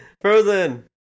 Frozen